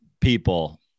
people